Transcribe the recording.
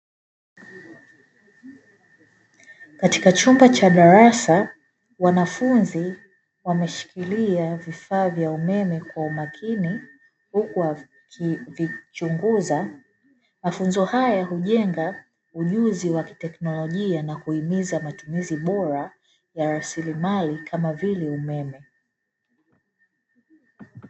Katika chumba cha darasa wanafunzi wameshikilia vifaa vya umeme kwa umakini huku wakivichunguza, mafunzo haya hujenga ujuzi wa teknolojia na kuhimiza matumizi bora ya rasilimali kama vile umeme.